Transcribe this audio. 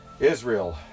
Israel